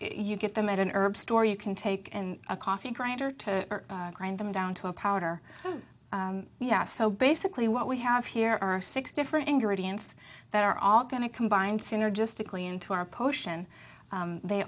you get them at an herb store you can take and a coffee grinder to grind them down to a powder yeah so basically what we have here are six different ingredients that are all going to combine synergistically into our potion they